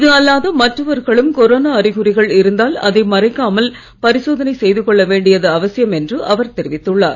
இது அல்லாத மற்றவர்களும் கொரோனா அறிகுறிகள் இருந்தால் அதை மறைக்காமல் பரிசோதனை செய்து கொள்ள வேண்டியது அவசியம் என்று அவர் தெரிவித்துள்ளார்